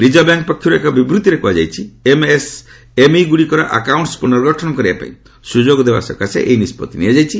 reserve bank ପକ୍ଷରୁ ଏକ ବିବୃଭିରେ କୁହାଯାଇଛି ଏମ୍ଏସ୍ଏମ୍ଇଗୁଡ଼ିକର ଆକାଉଣ୍ଟସ୍ ପୁନର୍ଗଠନ କରିବା ପାଇଁ ସୁଯୋଗ ଦେବା ସକାଶେ ଏହି ନିଷ୍ପଭି ନିଆଯାଇଛି